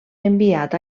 enviat